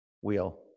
Wheel